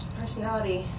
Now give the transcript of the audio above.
personality